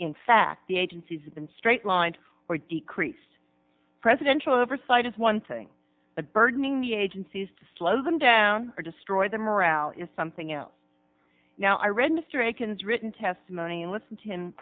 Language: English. in fact the agencies have been straight line or decreased presidential oversight is one thing the burdening the agencies to slow them down or destroy the morale is something else now i read mr akin's written testimony and listen to him